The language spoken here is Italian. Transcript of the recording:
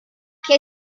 che